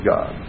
God